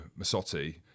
Masotti